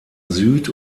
süd